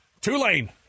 Tulane